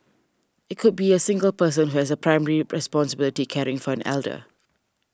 it could be a single person who has primary responsibility caring for an elder